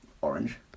Orange